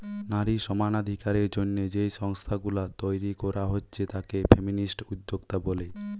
নারী সমানাধিকারের জন্যে যেই সংস্থা গুলা তইরি কোরা হচ্ছে তাকে ফেমিনিস্ট উদ্যোক্তা বলে